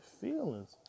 feelings